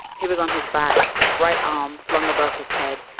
he was on his back, right arm, flung above his head.